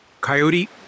Coyote